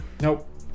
Nope